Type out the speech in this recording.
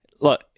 look